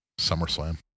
SummerSlam